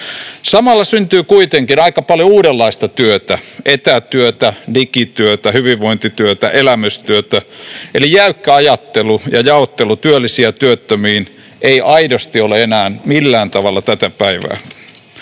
Samalla syntyy kuitenkin aika paljon uudenlaista työtä: etätyötä, digityötä, hyvinvointityötä, elämystyötä. Eli jäykkä ajattelu ja jaottelu työllisiin ja työttömiin ei aidosti ole enää millään tavalla tätä päivää.